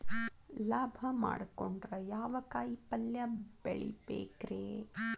ಲಾಭ ಮಾಡಕೊಂಡ್ರ ಯಾವ ಕಾಯಿಪಲ್ಯ ಬೆಳಿಬೇಕ್ರೇ?